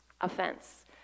Offense